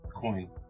coin